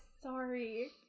sorry